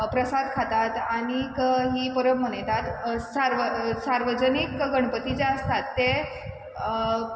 प्रसाद खातात आनीक ही परब मनयतात सार्व सार्वजनीक गणपती जे आसतात ते